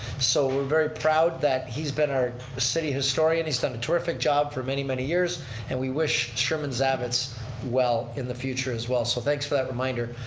so we're very proud that he's been our city historian. he's done a terrific job for many, many years and we wish sherman zavitz well in the future as well so thanks for that reminder,